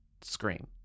screen